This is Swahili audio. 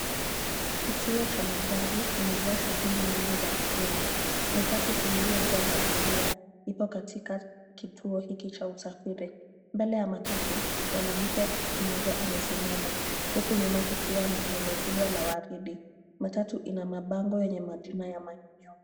Kituo cha magari kimejaa shughuli nyingi za mjini. Matatu iliyojaa abiria ipo katika kituo hiki cha usafiri. Mbele ya matatu mwanamke mmoja amesimama huku nyuma kukiwa na jumba kubwa la waridi. Matatu ina mabango yenye majina ya maeneo.